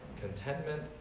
contentment